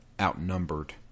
outnumbered